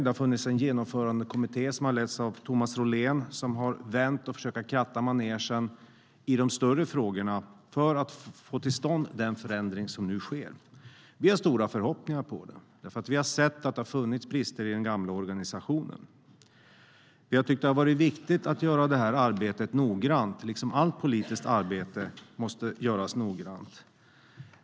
Det har funnits en genomförandekommitté som har letts av Thomas Rolén som har vänt på och försökt kratta manegen i de större frågorna för att få till stånd den förändring som nu sker. Vi har stora förhoppningar på den, för vi har sett att det har funnits brister i den gamla organisationen. Vi har tyckt att det har varit viktigt att göra det här arbetet noggrant, liksom allt politiskt arbete måste göras noggrant.